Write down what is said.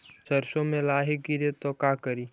सरसो मे लाहि गिरे तो का करि?